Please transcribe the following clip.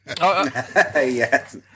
Yes